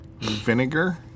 Vinegar